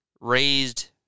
raised